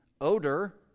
odor